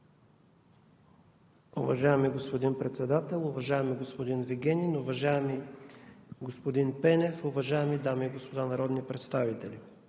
Уважаеми господин Председател, уважаеми господин Вигенин, уважаеми господин Пенев, уважаеми дами и господа народни представители!